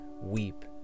weep